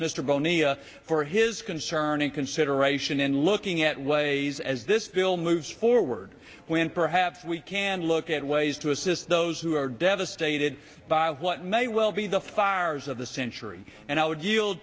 mr bonior for his concern and consideration in looking at ways as this film moves forward when perhaps we can look at ways to assist those who are devastated by what may well be the fires of the century and i would y